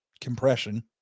compression